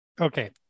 okay